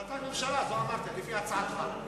החלטת ממשלה, אמרתי, לפי הצעתך.